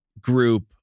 group